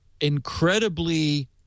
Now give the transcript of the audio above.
Incredibly